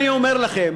לכם,